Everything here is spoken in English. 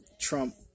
Trump